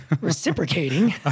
reciprocating